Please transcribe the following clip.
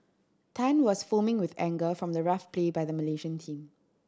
Tan was foaming with anger from the rough play by the Malaysian team